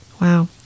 Wow